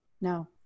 No